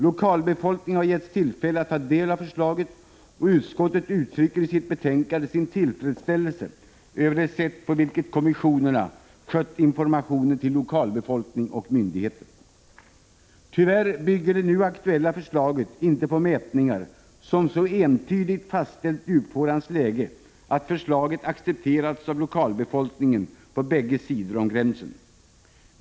Lokalbefolkningen har getts tillfälle att ta del av förslaget, och utskottet uttrycker i sitt betänkande sin tillfredsställelse över det sätt på vilket kommissionerna skött informationen till lokalbefolkning och myndigheter. Tyvärr bygger det nu aktuella förslaget inte på mätningar som så entydigt fastställt djupfårans läge att förslaget accepterats av lokalbefolkningen på bägge sidor om gränsen.